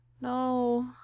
No